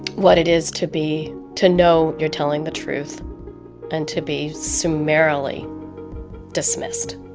what it is to be to know you're telling the truth and to be summarily dismissed